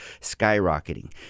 skyrocketing